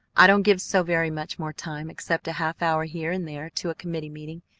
i don't give so very much more time, except a half-hour here and there to a committee meeting,